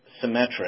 symmetric